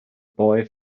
boy